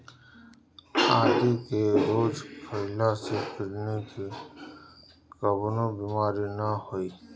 आदि के रोज खइला से किडनी के कवनो बीमारी ना होई